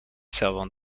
servant